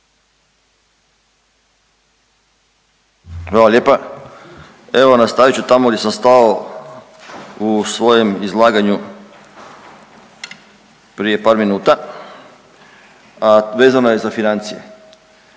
Hvala lijepa. Evo nastavit ću tamo gdje sam stao u svojem izlaganju prije par minuta, a vezano je za financije.